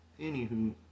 Anywho